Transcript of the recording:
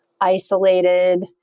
isolated